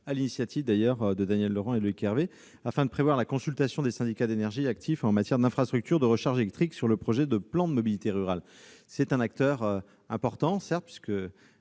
l'initiative de Daniel Laurent et de Loïc Hervé, afin de prévoir la consultation des syndicats d'énergie actifs en matière d'infrastructures de recharge électrique sur le projet de plan de mobilité rurale. Les syndicats d'énergie sont certes des